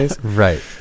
Right